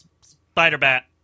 Spider-Bat